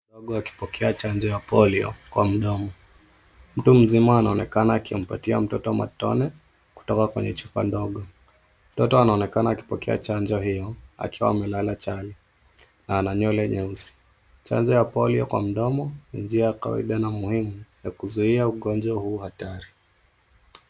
Mtoto akipokea chanjo ya polio kwa mdomo. Mtu mzima anaonekana akimpatia mtoto matone kutoka kwenye chupa ndogo. Mtoto anaonekana akipokea chanjo hio akiwa amelala chali na ana nywele nyeusi. Chanjo ya polio kwa mdomo ni njia ya kawaida na muhimu ya kuzuia ugonjwa huu hatari.